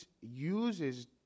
uses